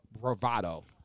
Bravado